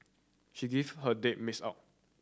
she give her date mix up